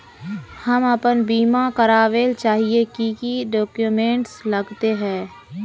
हम अपन बीमा करावेल चाहिए की की डक्यूमेंट्स लगते है?